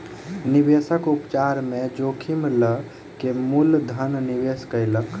निवेशक व्यापार में जोखिम लअ के मूल धन निवेश कयलक